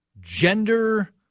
gender